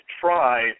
try